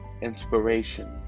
inspiration